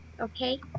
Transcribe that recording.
okay